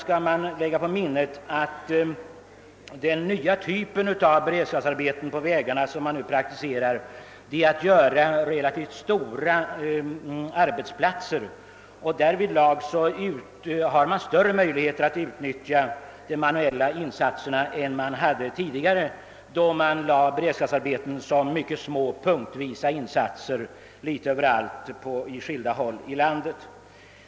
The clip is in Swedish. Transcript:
Men man bör erinra sig att den nya typ av beredskapsarbeten på vägarna som nu praktiseras innebär att arbetsplatserna blir relativt stora, varigenom man får större möjligheter att utnyttja de manuella insatserna än tidigare, då de arbetsplatser där beredskapsarbete utfördes var mycket små och punktvis insatta på skilda håll i landet.